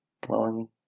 blowing